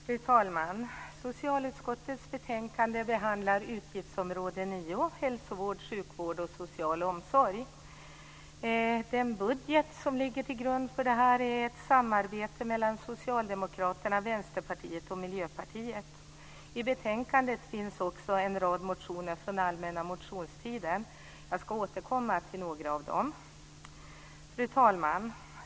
Fru talman! Socialutskottets betänkande behandlar utgiftsområde 9, hälsovård, sjukvård och social omsorg. Den budget som ligger till grund för detta är ett samarbete mellan Socialdemokraterna, Vänsterpartiet och Miljöpartiet. I betänkandet finns också en rad motioner från allmänna motionstiden. Jag ska återkomma till några av dem. Fru talman!